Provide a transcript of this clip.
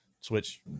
switch